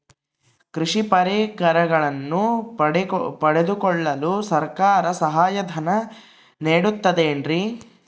ಕೃಷಿ ಪರಿಕರಗಳನ್ನು ಪಡೆದುಕೊಳ್ಳಲು ಸರ್ಕಾರ ಸಹಾಯಧನ ನೇಡುತ್ತದೆ ಏನ್ರಿ?